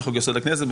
בחוק-יסוד: הכנסת,